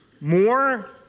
more